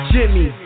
Jimmy